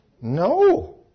No